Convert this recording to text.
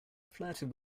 flirting